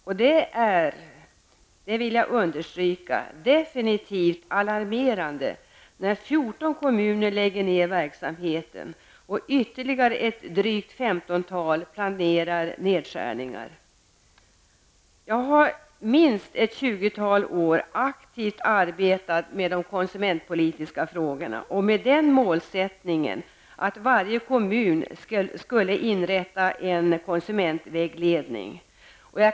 Jag vill understryka att det är mycket alarmerande när fjorton kommuner lägger ned verksamheten och ytterligare ett femtontal planerar nedskärningar. Jag har under minst ett tjugotal år aktivt arbetat med de konsumentpolitiska frågorna och med den målsättningen att varje kommun skall inrätta en konsumentvägledning.